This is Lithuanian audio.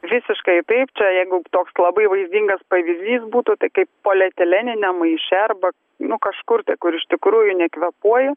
visiškai taip čia jeigu toks labai vaizdingas pavyzdys būtų tai kaip polietileniniam maiše arba nu kažkur kur iš tikrųjų nekvėpuoji